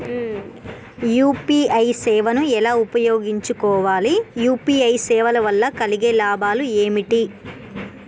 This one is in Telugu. యూ.పీ.ఐ సేవను ఎలా ఉపయోగించు కోవాలి? యూ.పీ.ఐ సేవల వల్ల కలిగే లాభాలు ఏమిటి?